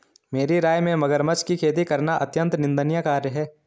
मेरी राय में मगरमच्छ की खेती करना अत्यंत निंदनीय कार्य है